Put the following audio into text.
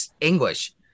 English